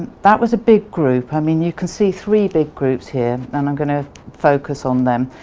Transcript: that was a big group, i mean you can see three big groups here and i'm gonna focus on them.